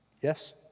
Yes